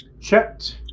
Checked